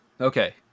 Okay